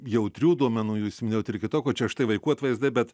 jautrių duomenų jūs minėjot ir kitokių čia štai vaikų atvaizdai bet